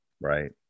Right